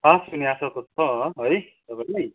pass हुने आशा त छ है